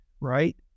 right